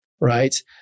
right